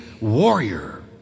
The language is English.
warrior